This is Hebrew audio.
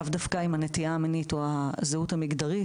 לאו דווקא עם הנטייה המינית או הזהות המגדרית,